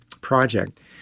project